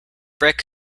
brick